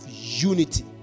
unity